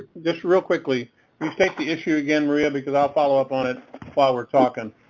just real quickly, the safety issue again real because i'll follow up on it while we're talking.